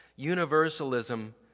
Universalism